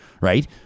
right